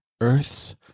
Earth's